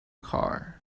car